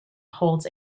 holds